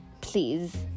please